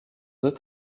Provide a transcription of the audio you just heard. deux